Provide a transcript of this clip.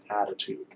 attitude